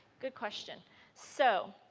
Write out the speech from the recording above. good question so,